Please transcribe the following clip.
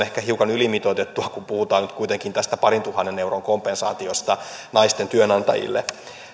ehkä hiukan ylimitoitettua kun puhutaan nyt kuitenkin tästä parintuhannen euron kompensaatiosta naisten työnantajille